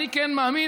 אני כן מאמין,